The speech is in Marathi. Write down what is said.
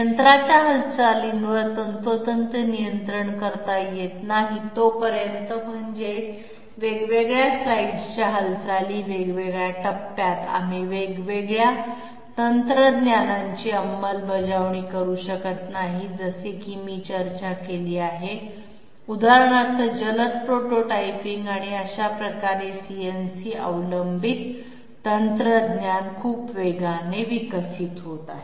यंत्राच्या हालचालींवर तंतोतंत नियंत्रण करता येत नाही तोपर्यंत म्हणजे वेगवेगळ्या स्लाइड्सच्या हालचाली वेगवेगळ्या टप्प्यात आम्ही वेगळ्या तंत्रज्ञानाची अंमलबजावणी करू शकत नाही जसे की मी चर्चा केली आहे उदाहरणार्थ जलद प्रोटोटाइपिंग आणि अशा प्रकारे CNC अवलंबित तंत्रज्ञान खूप वेगाने विकसित होत आहे